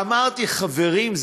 ואמרתי: חברים,